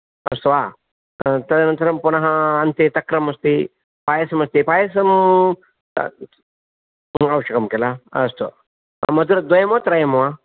अस्तु वा तदनन्तरं पुनः अन्ते तक्रं अस्ति पायसं अस्ति पायसं आवश्यकं किल अस्तु मधुरद्वयं वा त्रयं वा